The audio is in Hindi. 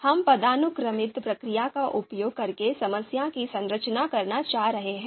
हम पदानुक्रमित प्रक्रिया का उपयोग करके समस्या की संरचना करना चाह रहे हैं